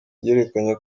ryerekanye